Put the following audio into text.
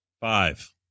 Five